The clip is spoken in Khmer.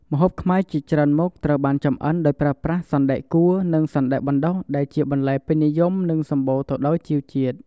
ម្ហូបខ្មែរជាច្រើនមុខត្រូវបានចម្អិនដោយប្រើប្រាស់ សណ្តែកគួរ និង សណ្តែកបណ្តុះ ដែលជាបន្លែពេញនិយម និងសម្បូរទៅដោយជីវជាតិ។